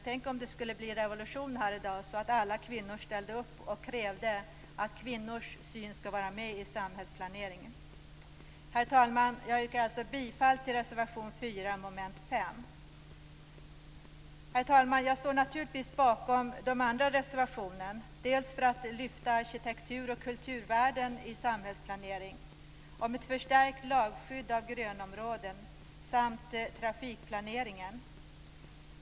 Tänk om det skulle bli revolution här i dag, så att alla kvinnor ställde upp och krävde att kvinnors syn skall vara med i samhällsplaneringen! Herr talman! Jag yrkar alltså bifall till reservation Herr talman! Jag står naturligtvis bakom de andra reservationerna som handlar om att lyfta arkitekturoch kulturvärden i samhällsplaneringen, om ett förstärkt lagskydd av grönområden samt om trafikplaneringen.